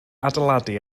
adeiladu